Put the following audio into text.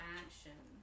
action